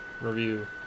review